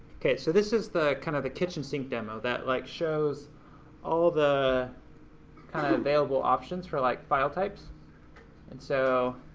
okay, so this is kind of the kitchen sink demo that like shows all the kind of available options for like file types and so,